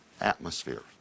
atmosphere